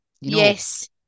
Yes